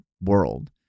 world